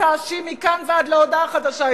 מכאן ועד להודעה חדשה.